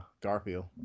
Garfield